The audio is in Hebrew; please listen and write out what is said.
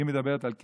היא מדברת על כסף,